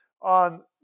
on